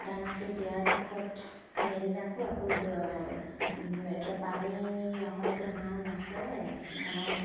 দানাটো দিয়াৰ পাছত মেলি ৰাখোঁ আকৌ এতিয়া পানী নহ'লেতো হাঁহ নচৰে ঘনাই